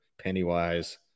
pennywise